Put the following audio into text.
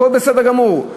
הכול בסדר גמור,